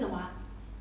I also think so